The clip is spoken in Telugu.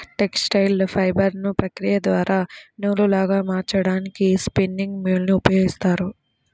టెక్స్టైల్ ఫైబర్లను ప్రక్రియ ద్వారా నూలులాగా మార్చడానికి స్పిన్నింగ్ మ్యూల్ ని ఉపయోగిస్తారు